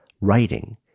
writing